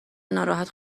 ناراحت